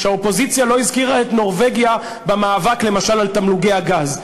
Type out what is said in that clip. שהאופוזיציה לא הזכירה את נורבגיה למשל במאבק על תמלוגי הגז,